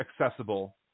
accessible